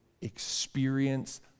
experience